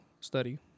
study